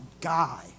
guy